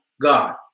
God